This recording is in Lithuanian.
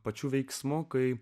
pačių veiksmu kai